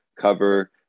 cover